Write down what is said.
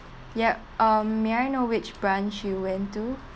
yup um may I know which branch you went to